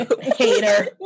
Hater